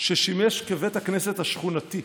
ששימש כבית הכנסת השכונתי.